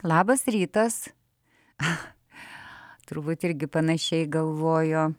labas rytas turbūt irgi panašiai galvojo